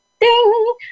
Ding